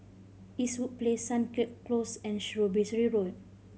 Eastwood Place Sunset Close and Shrewsbury Road